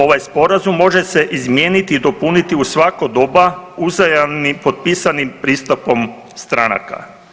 Ovaj Sporazum može se izmijeniti i dopuniti u svako doba uzajamni potpisanim pristupom stranaka.